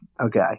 okay